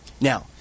Now